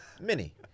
Mini